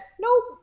nope